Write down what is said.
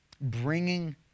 Bringing